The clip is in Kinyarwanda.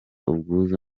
ubwuzu